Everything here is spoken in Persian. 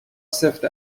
سفت